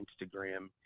Instagram